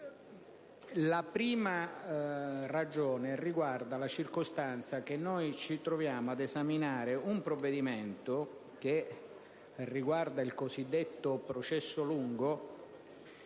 La prima ragione riguarda la circostanza che ci troviamo ad esaminare un provvedimento, quello che riguarda il cosiddetto processo lungo,